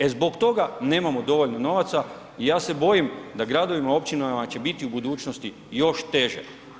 E zbog toga nemamo dovoljno novaca i ja se bojim da gradovima i općinama će biti u budućnosti još teže.